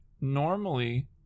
normally